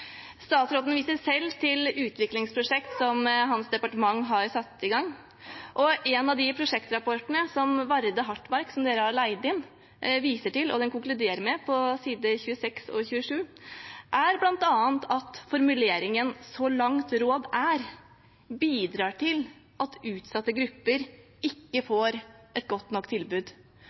Statsråden viser selv til utviklingsprosjekter som hans departement har satt i gang, og en av prosjektrapportene – fra Varde Hartmark, som departementet har leid inn – konkluderer på sidene 26 og 27 bl.a. med at formuleringen «så langt råd er» bidrar til at utsatte grupper ikke får et godt nok tilbud.